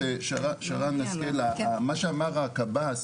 חה"כ שרן, מה שאמר הקב"ס